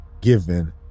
given